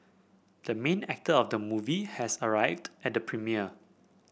the main actor of the movie has arrived at the premiere